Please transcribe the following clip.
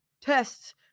tests